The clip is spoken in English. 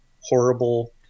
horrible